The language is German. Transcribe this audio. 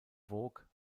vogue